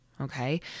Okay